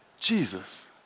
Jesus